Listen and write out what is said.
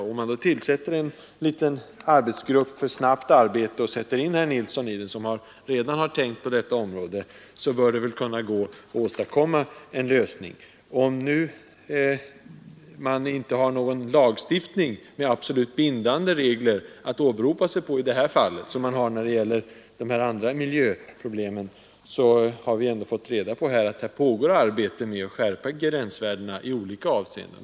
Och om man då tillsätter en liten grupp människor som skall arbeta snabbt och sätter in herr Nilsson i Växjö i den arbetsgruppen, eftersom han ju redan har tänkt genom frågorna på detta område, så bör det väl kunna gå att åstadkomma en lösning. Det finns här inte någon lagstiftning med absolut bindande regler att åberopa som fallet är när det gäller andra miljöproblem, men vi har fått reda på att man arbetar med att skärpa gränsvärdena i olika avseenden.